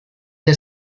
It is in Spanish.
the